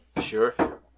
Sure